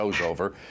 over